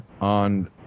on